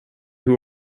who